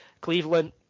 Cleveland